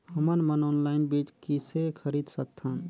हमन मन ऑनलाइन बीज किसे खरीद सकथन?